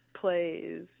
plays